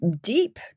deep